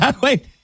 Wait